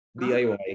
DIY